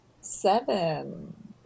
Seven